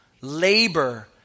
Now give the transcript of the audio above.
labor